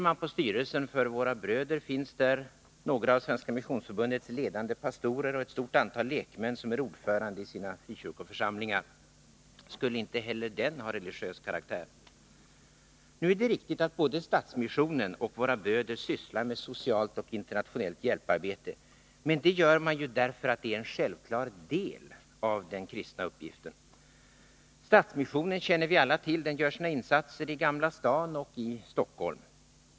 I styrelsen för Våra bröder finns några av Svenska missionsförbundets pastorer och ett stort antal lekmän som är ordförande i frikyrkoförsamlingar. Skulle inte heller den organisationen ha religiös karaktär? Det är riktigt att både Stadsmissionen och Våra bröder sysslar med socialt internationellt hjälparbete. Men detta gör de därför att det är en självklar del av den kristna uppgiften. Stadsmissionen gör, som vi alla känner till, sina insatser främst i Gamla stan här i Stockholm.